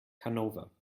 hannover